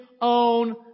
own